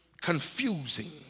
confusing